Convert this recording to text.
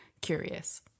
curious